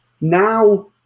Now